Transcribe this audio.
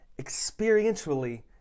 experientially